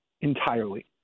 entirely